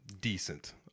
decent